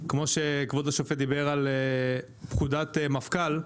כמו שכבוד השופט דיבר על פקודת מפכ"ל,